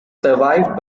survived